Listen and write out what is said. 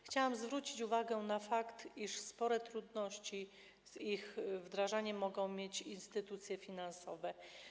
Chciałam zwrócić uwagę na fakt, iż spore trudności z jej wdrażaniem mogą mieć instytucje finansowe.